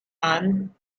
son